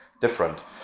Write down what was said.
different